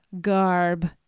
garb